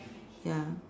ya